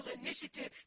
initiative